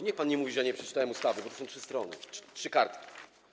Niech pan nie mówi, że ja nie przeczytałem ustawy, bo to są trzy strony, trzy kartki.